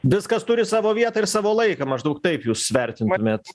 viskas turi savo vietą ir savo laiką maždaug taip jūs vertintumėt